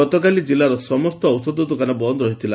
ଗତକାଲି ଜିଲ୍ଲାର ସମସ୍ତ ଔଷଧଦୋକାନ ବନ୍ଦ ରହିଥିଲା